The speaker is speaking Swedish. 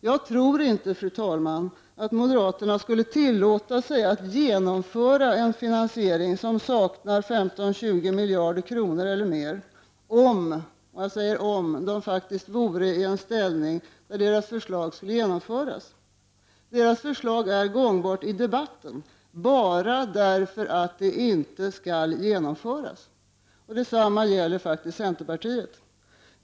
Jag tror inte, fru talman, att moderaterna skulle tillåta sig att genomföra en finansiering som saknar 15-20 miljarder kronor eller mer om de, jag säger om, faktiskt vore i den ställningen att deras förslag skulle genomföras. Deras förslag är gångbart i debatten bara därför att det inte skall genomföras. Detsamma gäller faktiskt centerpartiet.